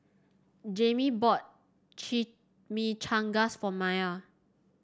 Jamey bought Chimichangas for Myah